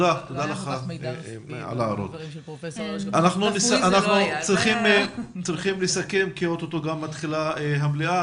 אנחנו צריכים לסכם כי תיכף מתחילה המליאה.